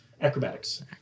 Acrobatics